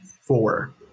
four